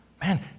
man